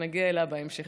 נגיע אליה בהמשך,